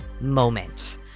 moment